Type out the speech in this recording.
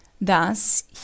thus